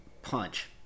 punch